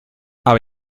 aber